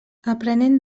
aprenent